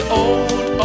old